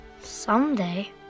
someday